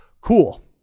Cool